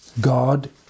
God